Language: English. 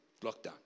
lockdown